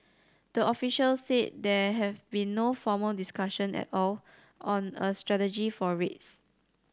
the officials said there have been no formal discussion at all on a strategy for rates